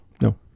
No